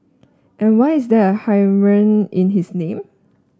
and why is there a in his name